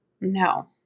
No